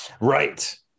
Right